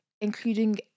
including